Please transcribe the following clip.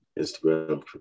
Instagram